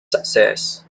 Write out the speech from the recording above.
success